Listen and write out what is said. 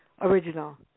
original